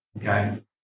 okay